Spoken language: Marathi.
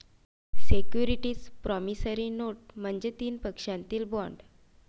सिक्युरिटीज प्रॉमिसरी नोट म्हणजे तीन पक्षांमधील बॉण्ड